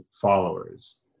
followers